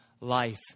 life